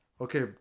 Okay